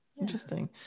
Interesting